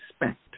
respect